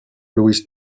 louis